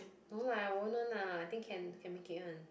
no lah won't one lah I think can can make it one